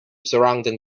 surrounding